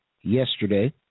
yesterday